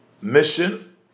mission